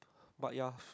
but you are